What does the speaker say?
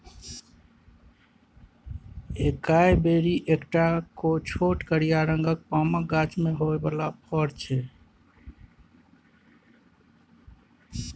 एकाइ बेरी एकटा छोट करिया रंगक पामक गाछ मे होइ बला फर छै